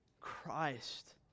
Christ